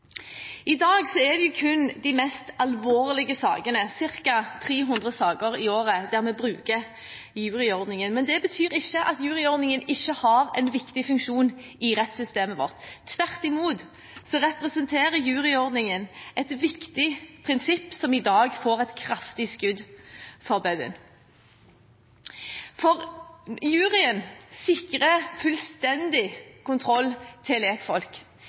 I dag er det kun i de mest alvorlige sakene, ca. 300 saker i året, at vi bruker juryordningen. Men det betyr ikke at juryordningen ikke har en viktig funksjon i rettssystemet vårt. Tvert imot representerer juryordningen et viktig prinsipp, som i dag får et kraftig skudd for baugen. Juryen sikrer fullstendig kontroll til